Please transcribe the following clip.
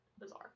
bizarre